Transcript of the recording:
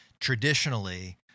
Traditionally